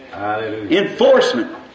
Enforcement